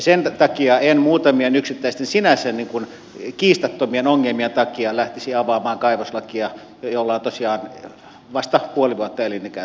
sen takia en muutamien yksittäisten sinänsä kiistattomien ongelmien takia lähtisi avaamaan kaivoslakia jolla on tosiaan vasta puoli vuotta eli mikä